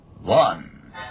One